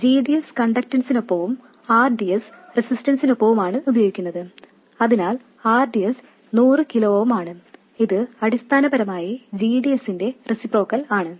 g d s കണ്ടക്ടൻസിനൊപ്പവും r d s റെസിസ്റ്റൻസിനൊപ്പവുമാണ് ഉപയോഗിക്കുന്നത് അതിനാൽ r d s 100 kilo ohm ആണ് ഇത് അടിസ്ഥാനപരമായി g d sന്റെ റെസിപ്രോക്കൽ ആണ്